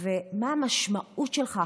מה המשמעות שלך,